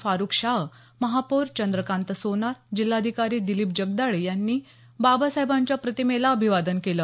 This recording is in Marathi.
फारुक शाह महापौर चंद्रकांत सोनार जिल्हाधिकारी दिलीप जगदाळे यांनी बाबासाहेबांच्या प्रतिमेला अभिवादन केलं